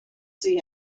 see